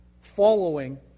following